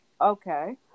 Okay